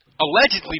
allegedly